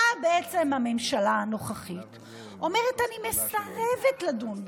באה הממשלה הנוכחית ואומרת: אני מסרבת לדון בחוק-יסוד: